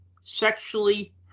sexually